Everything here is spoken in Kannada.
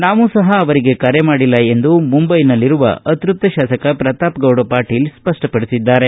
ನಾವೂ ಸಹ ಅವರಿಗೆ ಕರೆ ಮಾಡಿಲ್ಲ ಎಂದು ಮುಂಬೈನಲ್ಲಿರುವ ಅತೃಪ್ತ ಶಾಸಕ ಪ್ರತಾಪಗೌಡ ಪಾಟೀಲ ಸ್ಪಷ್ಟಪಡಿಸಿದ್ದಾರೆ